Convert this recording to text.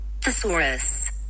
Thesaurus